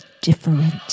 different